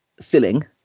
filling